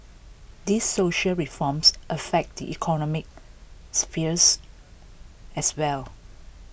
these social reforms affect the economic spheres as well